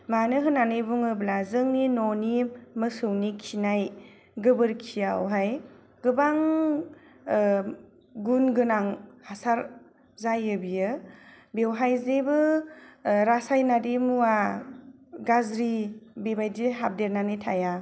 मानो होन्नानै बुङोब्ला जोंनि न'नि मोसौनि खिनाय गोबोरखियावहाय गोबां गुन गोनां हासार जायो बियो बेवहाय जेबो रासायनारि मुवा गाज्रि बेबादि हाबदेरनानै थाया